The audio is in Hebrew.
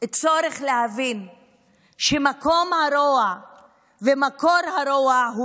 צורך להבין שמקום הרוע ומקור הרוע הוא